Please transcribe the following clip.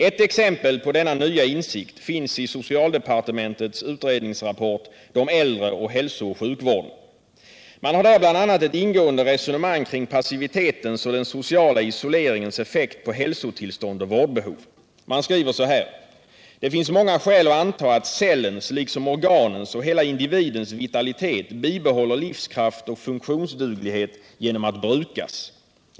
Ett exempel på denna nya insikt finns i socialdepartementets utrednings Man har där bl.a. ett ingående resonemang kring passivitetens och den sociala isoleringens effekt på hälsotillstånd och vårdbehov. Man skriver: ”Det finns många skäl att anta att cellens liksom organens och hela individens vitalitet bibehåller livskraft och funktionsduglighet genom att brukas.